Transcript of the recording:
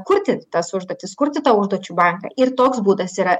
kurti tas užduotis kurti tą užduočių banką ir toks būdas yra